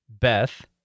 Beth